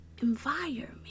environment